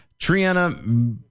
Triana